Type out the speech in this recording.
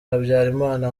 habyarimana